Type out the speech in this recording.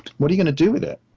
what are you going to do with it?